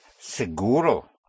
seguro